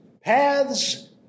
paths